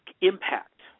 impact